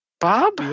Bob